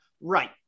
Right